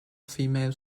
female